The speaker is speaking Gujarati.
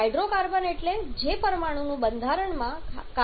હાઇડ્રોકાર્બન એટલે કે જે પરમાણુ બંધારણમાં કાર્બન અને હાઇડ્રોજન ધરાવે છે